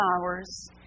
hours